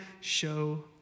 show